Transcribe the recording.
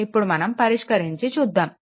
ఇప్పుడు మనం పరిష్కరించి చూద్దాము